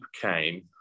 came